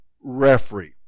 referee